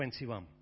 21